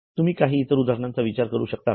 तुम्ही इतर काही उदाहरणांचा विचार करू शकता का